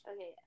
Okay